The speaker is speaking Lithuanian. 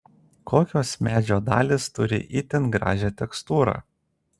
kokios medžio dalys turi itin gražią tekstūrą